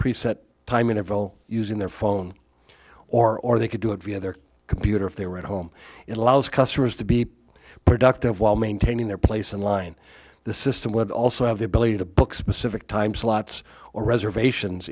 interval using their phone or or they could do it via their computer if they were at home it allows customers to be productive while maintaining their place in line the system would also have the ability to book specific time slots or reservations